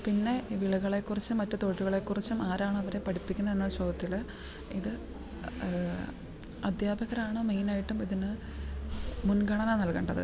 പിന്നെ വിളകളെക്കുറിച്ച് മറ്റ് തൊഴിലുകളെക്കുറിച്ചും ആരാണവരെ പഠിപ്പിക്കുന്നത് എന്ന ചോദ്യത്തിൽ ഇത് അധ്യാപകരാണ് മെയിനായിട്ടും ഇതിന് മുൻഗണന നൽകേണ്ടത്